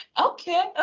Okay